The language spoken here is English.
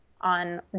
on